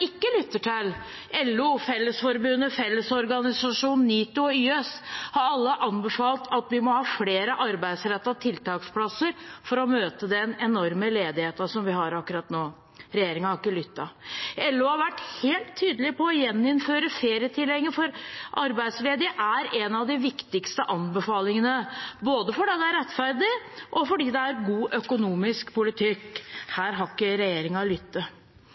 ikke lytter til? LO, Fellesforbundet, Fellesorganisasjonen, NITO og YS har alle anbefalt flere arbeidsrettede tiltaksplasser for å møte den enorme ledigheten vi har akkurat nå. Regjeringen har ikke lyttet. LO har vært helt tydelig på at å gjeninnføre ferietillegget for arbeidsledige er en av de viktigste anbefalingene, både fordi det er rettferdig, og fordi det er god økonomisk politikk. Her har ikke